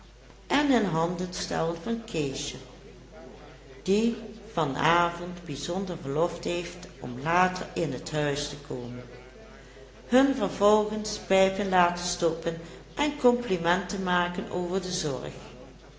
en in handen stellen van keesje die van avond bijzonder verlof heeft om later in t huis te komen hun vervolgens pijpen laten stoppen en complimenten maken over de zorg